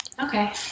Okay